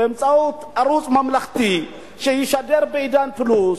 באמצעות ערוץ ממלכתי שישדר ב"עידן פלוס",